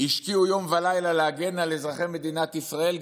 השקיעו יום ולילה בלהגן על אזרחי מדינת ישראל,